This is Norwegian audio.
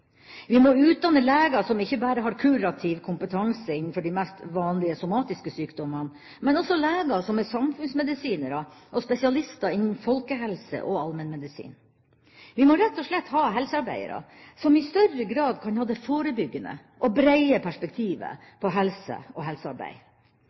Vi må utdanne leger som ikke bare har kurativ kompetanse innenfor de mest vanlige somatiske sykdommer, men også leger som er samfunnsmedisinere og spesialister innen folkehelse og allmennmedisin. Vi må rett og slett ha helsearbeidere som i større grad kan ha det forebyggende og breie perspektivet